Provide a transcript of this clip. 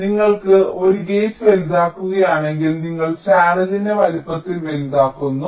അതിനാൽ നിങ്ങൾക്ക് ഒരു ഗേറ്റ് വലുതാക്കുകയാണെങ്കിൽ നിങ്ങൾ ചാനലിനെ വലുപ്പത്തിൽ വലുതാക്കുന്നു